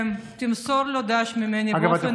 תמסור לו ד"ש ממני באופן אישי.